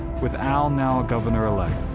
with al now a governor-elect.